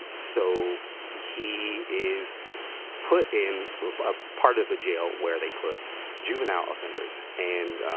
so he is put in a part of the jail where they put juvenile offenders. and